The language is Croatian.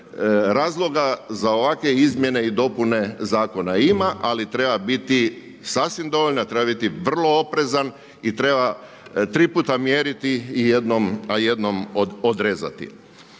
razloga za ovakve izmjene i dopune zakona ima, ali treba biti sasvim dovoljna, treba biti vrlo oprezan i treba tri puta mjeriti a jednom odrezati.